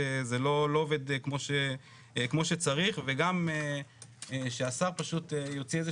זה לא עובד כמו שצריך וגם שהשר פשוט יוציא,